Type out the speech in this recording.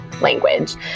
language